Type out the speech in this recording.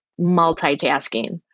multitasking